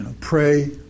Pray